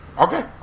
Okay